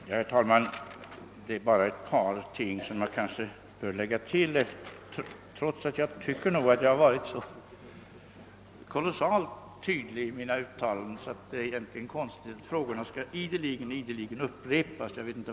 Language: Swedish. Herr talman! Jag vill bara tillägga ett par saker, trots att jag tycker att jag varit så oerhört tydlig i mina yttranden, att det egentligen är konstigt att frågorna ideligen upprepas.